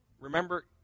remember